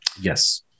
Yes